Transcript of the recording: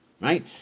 right